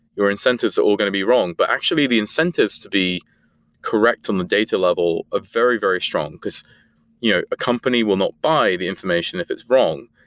your incentives are all going to be wrong. but actually, the incentives to be correct on the data level are ah very, very strong, because you know a company will not buy the information if it's wrong.